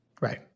Right